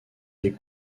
des